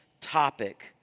topic